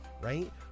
right